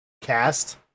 cast